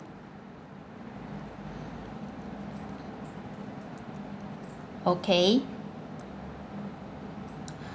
okay